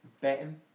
betting